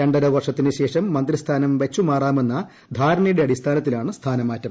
രണ്ടര വർഷത്തിന് ശേഷം മന്ത്രിസ്ഥാനം വച്ചുമാറാമെന്ന ധാരണയുടെ അടിസ്ഥാനത്തിലാണ് സ്ഥാനമാറ്റം